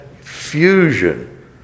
fusion